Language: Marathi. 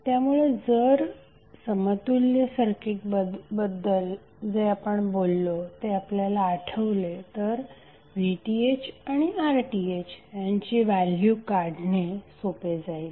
त्यामुळे जर समतुल्य सर्किटबद्दल जे आपण बोललो ते आपल्याला आठवले तर VThआणि RThयांची व्हॅल्यू काढणे सोपे जाईल